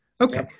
Okay